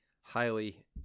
highly